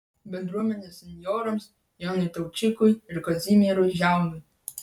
bendruomenės senjorams jonui taučikui ir kazimierui žiauniui